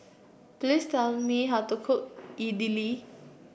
please tell me how to cook Idili